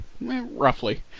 roughly